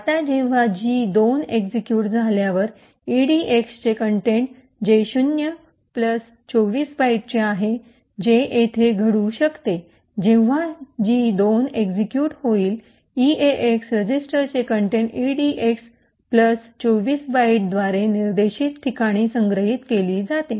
आता जेव्हा G २ execute झाल्यावर इडीएक्सचे कंटेंट जे ० २४ बाइटचे आहे जे येथे घडू शकते जेव्हा जी २ एक्सिक्यूट होईल ईएएक्स रजिस्टरचे कंटेंट इडीएक्स २४ बाइटद्वारे निर्देशित ठिकाणी संग्रहित केली जाते